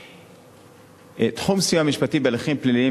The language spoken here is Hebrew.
1. תחום הסיוע המשפטי בהליכים פליליים